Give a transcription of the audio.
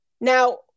Now